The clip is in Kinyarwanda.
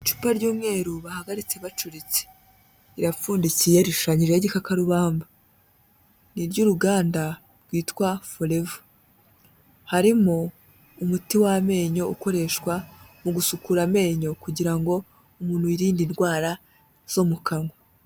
Icupa ry'umweru bahagaritse bacuritse, rirapfundikiye rishushanyijeho igikakarubambaka. Ni iry'uruganda rwitwa forever, harimo umuti w'amenyo ukoreshwa mu gusukura amenyo kugira ngo umuntu yirinde indwara zo mu kanwa.